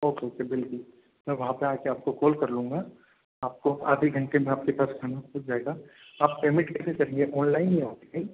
okay okay बिल्कुल में वहाँ पर आकर आपको कोल कर लूँगा आपको आधे घंटे में आपके पास खाना मिल जाएगा आप पेमेन्ट कैसे करेंगे ऑनलाइन या ऑफलाइन